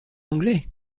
anglais